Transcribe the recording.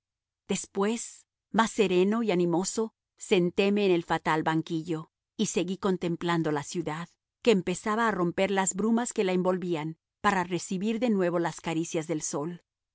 después más sereno y animoso senteme en el fatal banquillo y seguí contemplando la ciudad que empezaba a romper las brumas que la envolvían para recibir de nuevo las caricias del sol